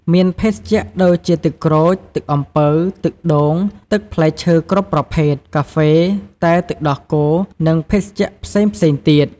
មានភេសជ្ជៈ ដូចជាទឹកក្រូច ទឹកអំពៅ ទឹកដូង ទឹកផ្លែឈើគ្រប់ប្រភេទ កាហ្វេ តែទឹកដោះគោ និងភេសជ្ជៈផ្សេងៗទៀត។